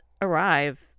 arrive